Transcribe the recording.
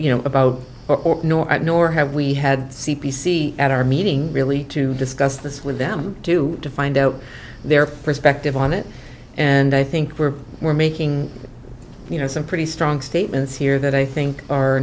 you know about nor i nor have we had c p c at our meeting really to discuss this with them to find out their perspective on it and i think we're we're making you know some pretty strong statements here that i think are